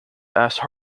asked